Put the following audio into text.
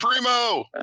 primo